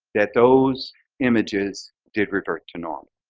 that those images did revert to normal.